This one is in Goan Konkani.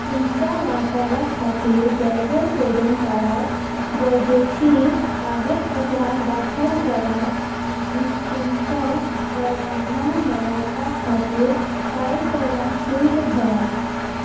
तुमच्या वाठारा खातीर गरजो सोदून काडात गरजेचीं कागदपत्रां दाखल करात आनी तुमचो परवानो मेळोवपा खातीर फायलकरन शुल्क भरात